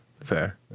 Fair